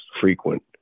frequent